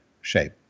shape